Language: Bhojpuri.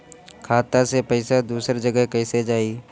खाता से पैसा दूसर जगह कईसे जाई?